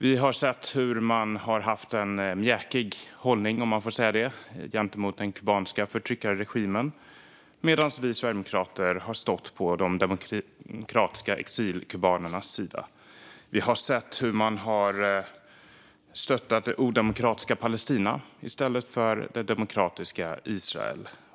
Vi har sett hur man har haft en mjäkig hållning, om man får säga det, gentemot den kubanska förtryckarregimen medan vi sverigedemokrater har stått på de demokratiska exilkubanernas sida. Vi har sett hur man har stöttat det odemokratiska Palestina i stället för det demokratiska Israel.